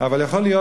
אבל יכול להיות,